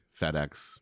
FedEx